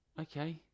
Okay